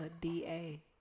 D-A